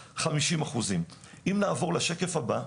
50%. אם נעבור לשקף הבא,